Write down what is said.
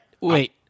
Wait